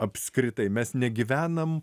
apskritai mes negyvenam